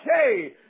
okay